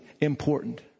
important